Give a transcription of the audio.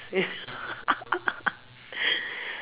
same